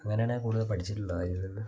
അങ്ങനെയാണ് ഞാൻ കൂടുതൽ പഠിച്ചിട്ടുള്ളത് അതിൽ നിന്ന്